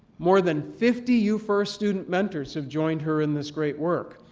more than fifty you first student mentors have joined her in this great work.